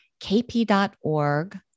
kp.org